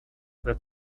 that